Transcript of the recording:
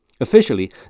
Officially